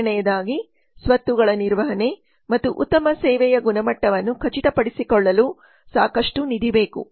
ಮೊದಲನೆಯದಾಗಿ ಸ್ವತ್ತುಗಳ ನಿರ್ವಹಣೆ ಮತ್ತು ಉತ್ತಮ ಸೇವೆಯ ಗುಣಮಟ್ಟವನ್ನು ಖಚಿತಪಡಿಸಿಕೊಳ್ಳಲು ಸಾಕಷ್ಟು ನಿಧಿ ಬೇಕು